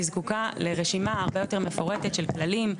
זקוקה לרשימה הרבה יותר מפורטת של כללים,